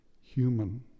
human